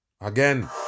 Again